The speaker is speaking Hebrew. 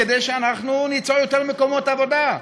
כדי שאנחנו ניצור יותר מקומות עבודה,